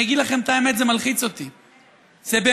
אני אגיד לכם את האמת, זה מלחיץ אותי.